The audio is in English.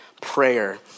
Prayer